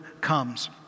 comes